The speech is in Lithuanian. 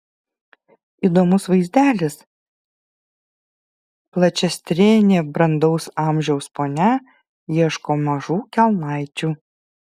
įdomus vaizdelis plačiastrėnė brandaus amžiaus ponia ieško mažų kelnaičių